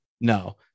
no